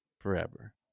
forever